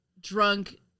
drunk